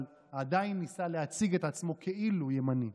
אבל עדיין ניסה להציג את עצמו כאילו הוא ימני.